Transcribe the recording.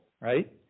right